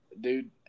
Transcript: dude